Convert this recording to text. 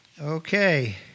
Okay